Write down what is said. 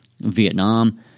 Vietnam